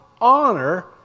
honor